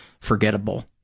forgettable